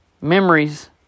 memories